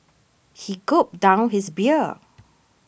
he gulped down his beer